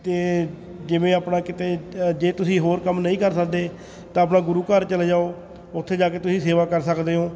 ਅਤੇ ਜਿਵੇਂ ਆਪਣਾ ਕਿਤੇ ਅ ਜੇ ਤੁਸੀਂ ਹੋਰ ਕੰਮ ਨਹੀਂ ਕਰ ਸਕਦੇ ਤਾਂ ਆਪਣਾ ਗੁਰੂ ਘਰ ਚਲੇ ਜਾਓ ਉੱਥੇ ਜਾ ਕੇ ਤੁਸੀਂ ਸੇਵਾ ਕਰ ਸਕਦੇ ਹੋ